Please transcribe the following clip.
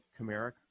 Kamara